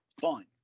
Fine